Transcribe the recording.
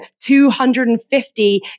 250